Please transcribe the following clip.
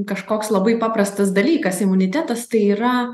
kažkoks labai paprastas dalykas imunitetas tai yra